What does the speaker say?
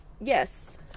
Yes